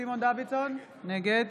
סימון דוידסון, נגד